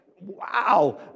wow